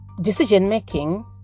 decision-making